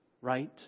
right